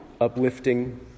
uplifting